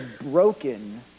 broken